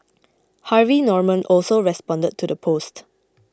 Harvey Norman also responded to the post